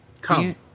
Come